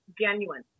genuine